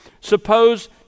Suppose